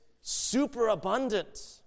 superabundant